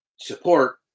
support